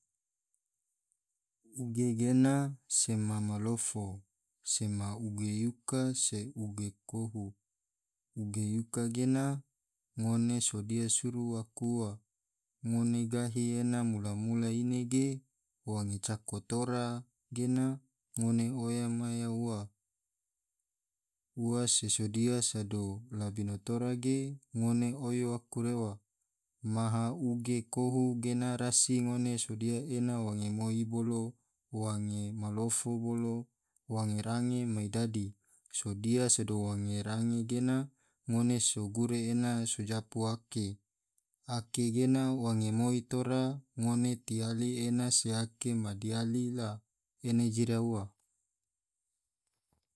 Uge gena sema malofo sema uge yuka se uge kohu, uge yuka gena ngone sodia suru aku ua ngone gahi ena mula-mula ine ge wange cako tora gena ngone oyo maya ua ua se sodia sado labino tora ge ngone oyo aku rewa maha uge kohu gena rasi ngone sodia ena wange moi bolo wange malofo bolo wange range mai dadi, sodia sado wange range gena ngone so gure ena so japu ake, ake gena wange moi tora ngone tiali ena se ake ma diali la ena jira ua.